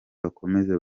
bakomeze